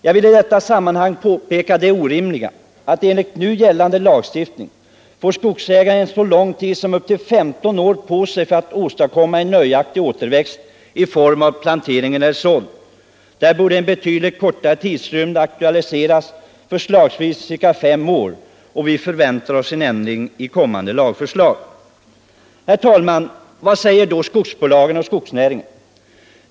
Jag vill i detta sammanhang påpeka det orimliga i att skogsägaren enligt nu gällande lagstiftning får så lång tid som upp till 15 år på sig för att åstadkomma en nöjaktig återväxt i form av plantering eller sådd. Där borde en betydligt kortare tidsrymd aktualiseras, förslagsvis ca fem år. Vi förväntar oss en ändring i kommande lagförslag. Herr talman! Vad säger då skogsbolagen och skogsnäringen?